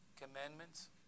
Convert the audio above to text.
commandments